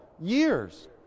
Years